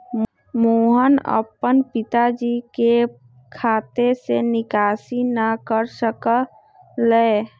मोहन अपन पिताजी के खाते से निकासी न कर सक लय